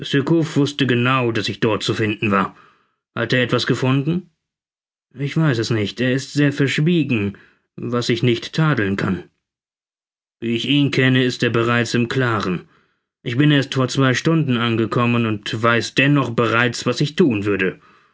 wußte genau daß ich dort zu finden war hat er etwas gefunden ich weiß es nicht er ist sehr verschwiegen was ich nicht tadeln kann wie ich ihn kenne ist er bereits im klaren ich bin erst vor zwei stunden angekommen und weiß den noch bereits was ich thun würde